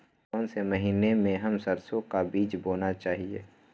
कौन से महीने में हम सरसो का बीज बोना चाहिए?